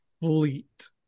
fleet